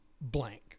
blank